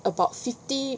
about fifty